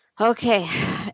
Okay